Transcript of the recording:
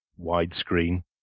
widescreen